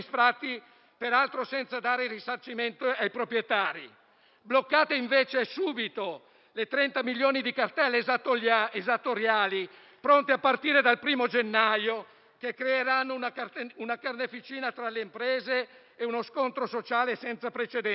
peraltro senza dare alcun risarcimento ai proprietari. Bloccate invece, e subito, le 30 milioni di cartelle esattoriali pronte a partire dal 1° gennaio, che creeranno una carneficina tra le imprese e uno scontro sociale senza precedenti.